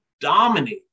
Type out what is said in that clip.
dominate